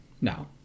Now